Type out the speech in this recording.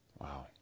Wow